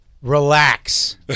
relax